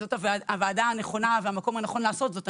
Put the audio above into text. וזאת הוועדה הנכונה והמקום הנכון לעשות זאת.